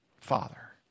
Father